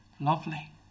lovely